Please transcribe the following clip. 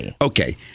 Okay